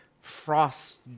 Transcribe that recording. frost